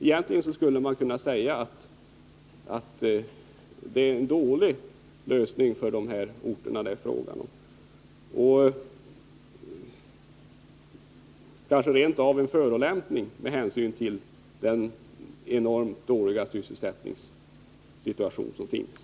Egentligen skulle man kunna säga att det är en dålig lösning för de här orterna, rent av en förolämpning med hänsyn till den enormt dåliga sysselsättningssituation som råder.